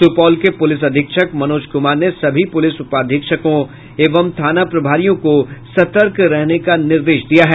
सुपौल के पुलिस अधीक्षक मनोज कुमार ने सभी पुलिस उपाधीक्षकों एवं थाना प्रभारियों को सतर्क रहने का निर्देश दिया है